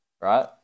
right